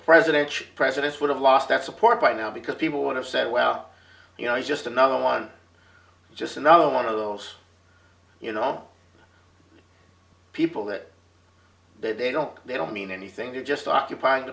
presidents presidents would have lost that support by now because people want to say well you know he's just another one just another one of those you know people that they don't they don't mean anything they're just occupying